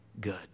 good